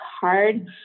hard